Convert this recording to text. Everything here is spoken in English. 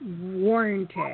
warranted